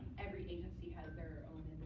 every agency has their own